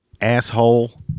Asshole